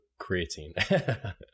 creatine